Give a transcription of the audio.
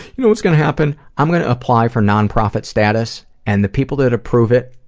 know what's gonna happen? i'm gonna apply for non-profit status, and the people that approve it,